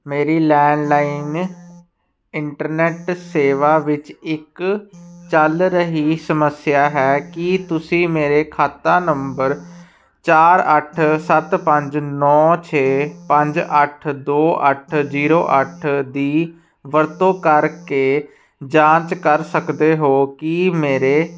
ਮੇਰੀ landline internet ਸੇਵਾ ਵਿੱਚ ਇੱਕ ਚੱਲ ਰਹੀ ਸਮੱਸਿਆ ਹੈ ਕੀ ਤੁਸੀਂ ਮੇਰੇ ਖਾਤਾ ਨੰਬਰ ਚਾਰ ਅੱਠ ਸੱਤ ਪੰਜ ਨੌਂ ਛੇ ਪੰਜ ਅੱਠ ਦੋ ਅੱਠ ਜੀਰੋ ਅੱਠ ਦੀ ਵਰਤੋਂ ਕਰਕੇ ਜਾਂਚ ਕਰ ਸਕਦੇ ਹੋ ਕੀ ਮੇਰੇ